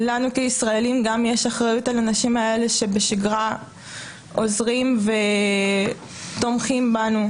שלנו כישראלים יש אחריות גם על האנשים האלה שבשגרה עוזרים ותומכים בנו.